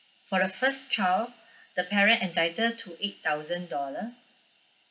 for the first child the parent entitled to eight thousand dollar